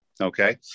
okay